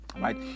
Right